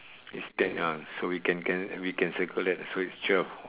it's tail ah so we can can we can circle that so it's twelve